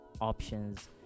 options